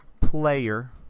player